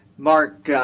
mark,